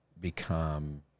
become